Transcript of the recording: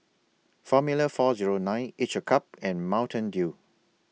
Formula four Zero nine Each A Cup and Mountain Dew